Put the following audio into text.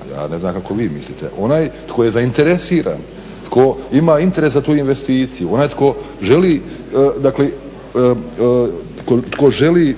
a ja ne znam kako vi mislite, onaj tko je zainteresiran, tko ima interes za tu investiciju, onaj tko želi